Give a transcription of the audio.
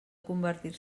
convertir